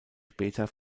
später